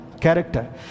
character